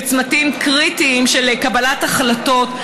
בצמתים קריטיים של קבלת החלטות.